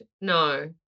no